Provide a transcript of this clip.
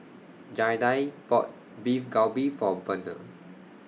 Jaida bought Beef Galbi For Burnell